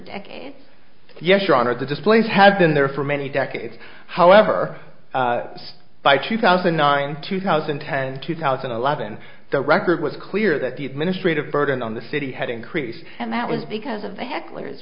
displays yes your honor the displays have been there for many decades however by two thousand and nine two thousand and ten two thousand and eleven the record was clear that the administrative burden on the city had increased and that was because of the hecklers